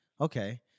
okay